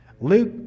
Luke